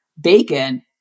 bacon